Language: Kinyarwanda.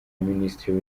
minisitiri